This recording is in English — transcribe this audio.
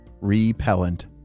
repellent